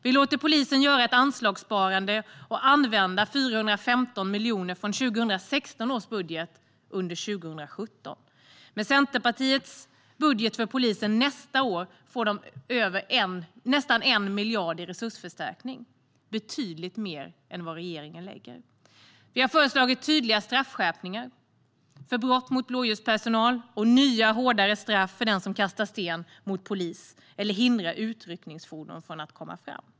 Vi låter polisen göra ett anslagssparande och använda 415 miljoner från 2016 års budget under 2017. Med Centerpartiets budget för nästa år får polisen nästan 1 miljard i resursförstärkning, betydligt mer än vad regeringen lägger. Vi har också föreslagit tydliga straffskärpningar för brott mot blåljuspersonal och nya hårdare straff för den som kastar sten mot polis eller hindrar utryckningsfordon från att komma fram.